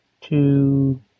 two